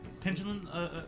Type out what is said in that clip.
Pendulum